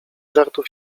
żartów